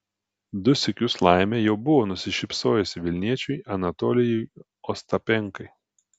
du sykius laimė jau buvo nusišypsojusi vilniečiui anatolijui ostapenkai